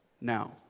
now